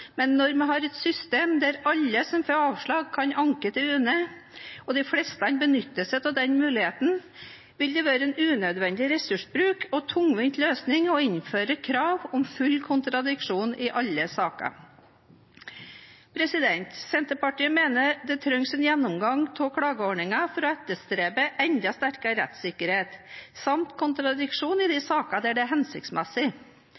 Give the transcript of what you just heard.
men når vi har et system der alle som får avslag, kan anke til UNE, og de fleste benytter seg av den muligheten, vil det være en unødvendig ressursbruk og tungvint løsning å innføre krav om full kontradiksjon i alle saker. Senterpartiet mener det trengs en gjennomgang av klageordningen for å etterstrebe enda sterkere rettsikkerhet samt kontradiksjon i